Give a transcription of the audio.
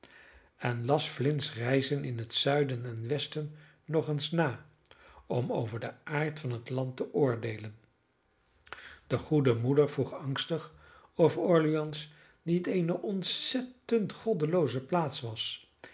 en las flints reizen in het zuiden en westen nog eens na om over den aard van het land te oordeelen de goede moeder vroeg angstig of orleans niet eene ontzettend goddelooze plaats was